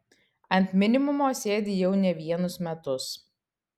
ant minimumo sėdi jau ne vienus metus